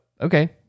okay